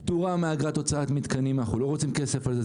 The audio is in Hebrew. פטורה מאגרת הוצאת מתקנים אנחנו לא רוצים כסף על זה,